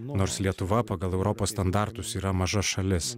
nors lietuva pagal europos standartus yra maža šalis